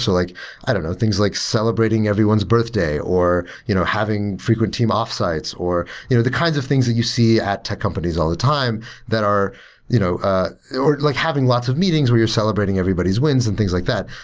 so like i don't know things like celebrating everyone's birthday, or you know having frequent team off sites, or you know the kinds of things that you see at tech companies all the time that are you know ah or like having lots of meetings where you're celebrating everybody's wins and things like that.